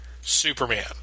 Superman